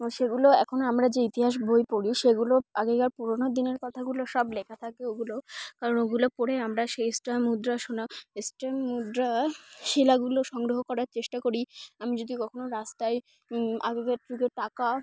সেগুলো এখনও আমরা যে ইতিহাস বই পড়ি সেগুলো আগেকার পুরোনো দিনের কথাগুলো সব লেখা থাকে ওগুলো কারণ ওগুলো পড়ে আমরা সেই স্ট্যাম্প মুদ্রা শোনা স্ট্যাম্প মুদ্রা শিলাগুলো সংগ্রহ করার চেষ্টা করি আমি যদি কখনও রাস্তায় আগেকার যুগে টাকা